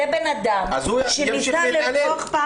זה בן אדם שניסה לרצוח פעמיים.